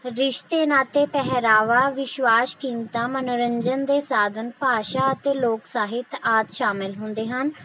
ਰਿਸ਼ਤੇ ਨਾਤੇ ਪਹਿਰਾਵਾ ਵਿਸ਼ਵਾਸ਼ ਕੀਮਤਾਂ ਮਨੋਰੰਜਨ ਦੇ ਸਾਧਨ ਭਾਸ਼ਾ ਅਤੇ ਲੋਕ ਸਾਹਿਤ ਆਦਿ ਸ਼ਾਮਿਲ ਹੁੰਦੇ ਹਨ